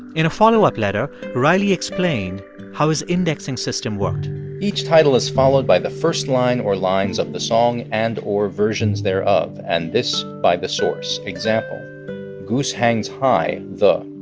in a follow-up letter, riley explained how his indexing system worked each title is followed by the first line or lines of the song and or versions thereof, and this by the source. example goose hangs high, the,